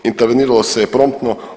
Interveniralo se promptno.